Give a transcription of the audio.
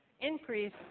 increase